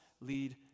lead